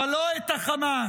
אבל לא את החמאס.